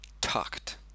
tucked